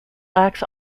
lax